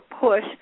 push